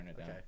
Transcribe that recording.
Okay